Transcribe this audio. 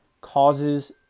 causes